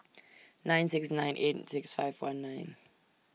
nine six nine eight six five one nine